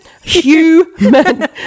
Human